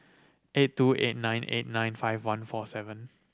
eight two eight nine eight nine five one four seven